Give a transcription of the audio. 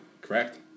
Correct